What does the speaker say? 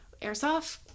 airsoft